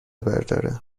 برداره